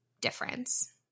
difference